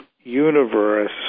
universe